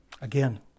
Again